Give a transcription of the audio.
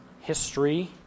history